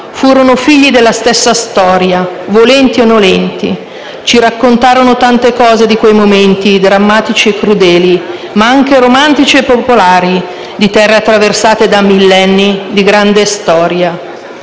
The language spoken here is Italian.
furono figli della stessa storia, volenti e nolenti. Ci raccontarono tante cose di quei momenti, drammatici e crudeli, ma anche romantici e popolari, di terre attraversate da millenni di grande storia.